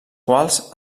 quals